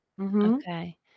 okay